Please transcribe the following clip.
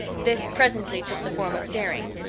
this presently took the form of daring.